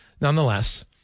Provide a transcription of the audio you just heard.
nonetheless